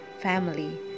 family